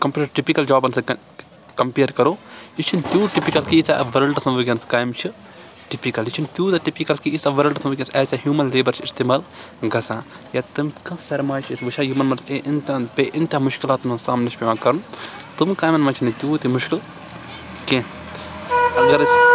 compared typical جابَن سٟتؠن compare کَرو یہِ چھنہٕ تِیوٗت ٹِپِکَل کِہیٖنۍ ییٖژھا وٲلڈَس منٛز ؤنکؠنَس کامہِ چھِ ٹِپِکَل یہِ چھنہٕ تِیوٗتاہ ٹِپِکَل تہِ کِہیٖنۍ ییٖژاہ وٲلڈَس منٛز وٕنٛکؠس ہیوٗمَن لیبَر چھِ اِستعمال گَژھان یا تِم کانٛہہ سَرماے چھِ أسۍ وٕچھان یِمَن بے اِنتِہا مُشکِلاتَن ہُنٛد سامنہٕ چھ پؠوان کَرُن تِم کامؠن منٛز چھنہٕ تِیوٗت تہِ مُشکِل کینٛہہ اگر أسۍ